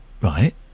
Right